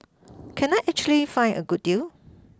can I actually find a good deal